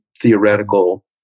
theoretical